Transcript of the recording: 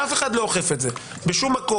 ואף אחד לא אוכף את זה בשום מקום.